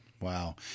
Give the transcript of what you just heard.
Wow